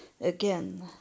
again